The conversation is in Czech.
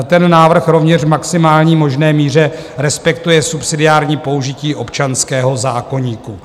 Ten návrh rovněž v maximální možné míře respektuje subsidiární použití občanského zákoníku.